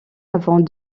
avant